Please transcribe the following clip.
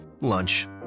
lunch